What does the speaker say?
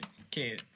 Okay